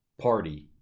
party